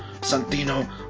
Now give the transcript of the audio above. Santino